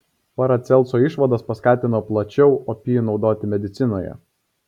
paracelso išvados paskatino plačiau opijų naudoti medicinoje